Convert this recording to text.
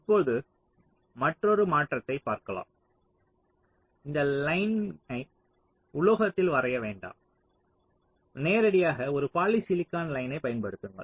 இப்போது மற்றொரு மாற்றத்தை பாற்க்கலாம் இந்த லைன்னை உலோகத்தில் வரைய வேண்டாம் நேரடியாக ஒரு பாலிசிலிகான் லைன்னை பயன்படுத்துங்கள்